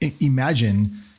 imagine